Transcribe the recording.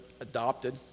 adopted